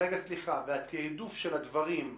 של הדברים,